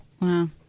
Wow